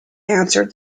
answered